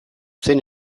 zen